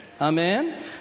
amen